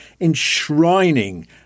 enshrining